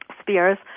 Spears